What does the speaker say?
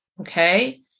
Okay